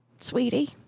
Sweetie